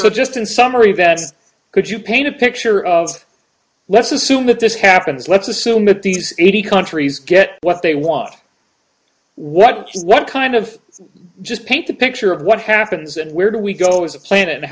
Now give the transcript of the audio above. so just in summary that is good you paint a picture of let's assume that this happens let's assume that these eighty countries get what they want what what kind of just paint a picture of what happens and where we go as a planet